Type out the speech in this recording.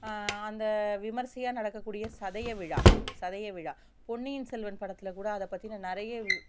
அந்த விமர்சையாக நடக்கக்கூடிய சதைய விழா சதைய விழா பொன்னியின் செல்வன் படத்தில்கூட அதை பற்றின நிறைய